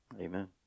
Amen